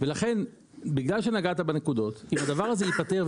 אם הדבר הזה ייפתר,